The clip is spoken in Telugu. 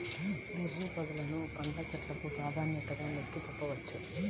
బెర్రీ పొదలను పండ్ల చెట్లకు ప్రాధాన్యతగా నొక్కి చెప్పవచ్చు